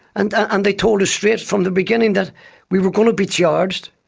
and and they told us straight from the beginning that we were going to be charged,